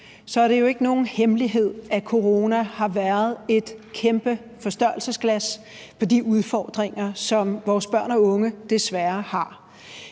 er det jo ikke nogen hemmelighed, at corona har været et kæmpe forstørrelsesglas for de udfordringer, som vores børn og unge desværre har.